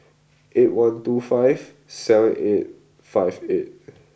eight one two five seven eight five eight